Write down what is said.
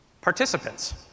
participants